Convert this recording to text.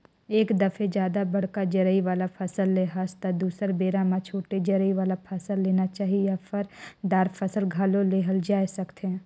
एक दफे जादा बड़का जरई वाला फसल ले हस त दुसर बेरा म छोटे जरई वाला फसल लेना चाही या फर, दार फसल घलो लेहल जाए सकथे